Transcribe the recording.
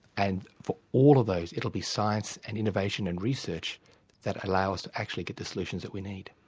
and for all of those it will be science and innovation and research that allow us to actually get the solutions that we need.